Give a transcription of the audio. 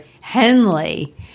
Henley